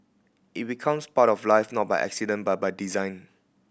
it becomes part of life not by accident but by design